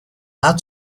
lot